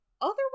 otherwise